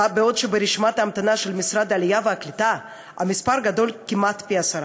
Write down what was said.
בעוד שברשימת ההמתנה של משרד העלייה והקליטה המספר גדול פי-עשרה,